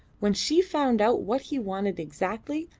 when she found out what he wanted exactly,